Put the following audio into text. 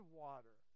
water